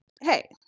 Hey